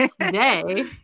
today